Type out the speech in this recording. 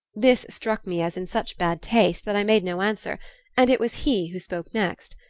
this struck me as in such bad taste that i made no answer and it was he who spoke next.